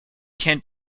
can